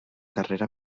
carrera